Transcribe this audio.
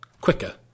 quicker